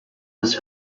this